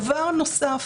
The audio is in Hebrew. דבר נוסף,